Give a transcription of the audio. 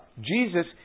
Jesus